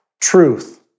truth